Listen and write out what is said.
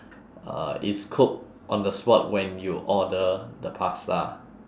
uh it's cooked on the spot when you order the pasta